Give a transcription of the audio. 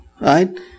right